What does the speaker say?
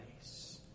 place